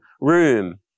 room